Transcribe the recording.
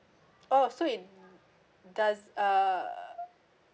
oh so it does~ uh